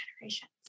generations